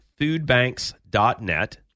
foodbanks.net